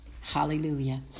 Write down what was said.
Hallelujah